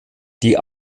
die